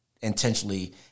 intentionally